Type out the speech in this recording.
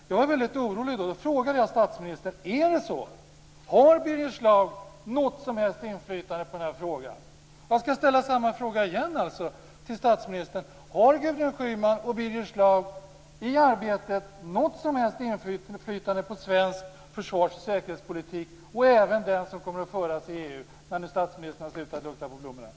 Jag blir då väldigt orolig och frågar statsministern: Är det så? Har Birger Schlaug något som helst inflytande på frågan? Jag skall ställa samma fråga igen till statsministern: Har Gudrun Schyman och Birger Schlaug i arbetet något som helst inflytande på svensk försvarsoch säkerhetspolitik, även den som kommer att föras i EU - när nu statsministern har slutat lukta på blommorna?